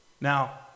Now